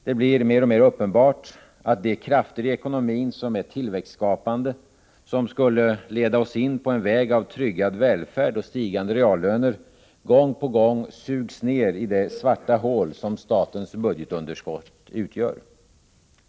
Det blir mer och mer uppenbart att de krafter i ekonomin som är tillväxtskapande, som skulle leda oss in på en väg av tryggad välfärd och stigande reallöner, gång på gång sugs ned i det svarta hål som statens budgetunderskott utgör.